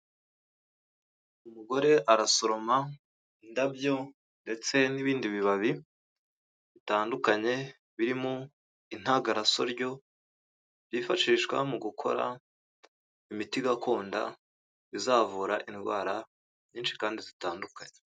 Umugore arasoroma indabyo ndetse n'ibindi bibabi bitandukanye birimo intagarasoryo, byifashishwa mu gukora imiti gakondo izavura indwara nyinshi kandi zitandukanye.